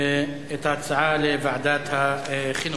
את ההצעה לוועדת החינוך.